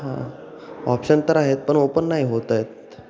हां ऑप्शन तर आहेत पण ओपन नाही होत आहेत